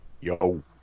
yo